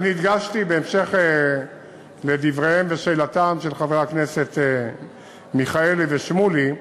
אני הדגשתי בהמשך לדבריהם ושאלתם של חברי הכנסת מיכאלי ושמולי,